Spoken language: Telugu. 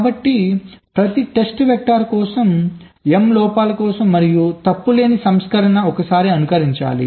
కాబట్టి ప్రతి టెస్ట్ వెక్టర్ కోసం m లోపాలు కోసం మరియు తప్పు లేని సంస్కరణకు ఒక సారి అనుకరించాలి